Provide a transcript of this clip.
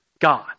God